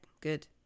good